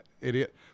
idiot